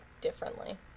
differently